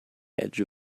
edge